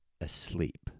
asleep